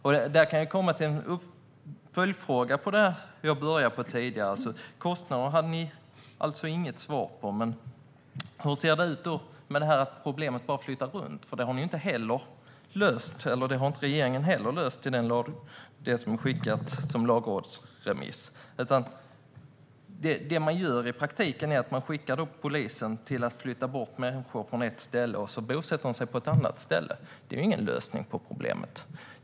Jag har en följdfråga till det som jag började säga tidigare. Kostnaderna hade ni alltså inget svar på, men hur ser ni på att problemet bara flyttar runt? Det har regeringen heller inte löst i det som skickats som lagrådsremiss. Det man gör i praktiken är att skicka polisen att flytta bort människor från ett ställe, och sedan bosätter de sig på ett annat. Det är ingen lösning på problemet.